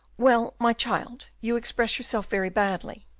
well, my child, you express yourself very badly.